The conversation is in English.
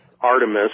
Artemis